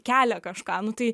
kelia kažką nu tai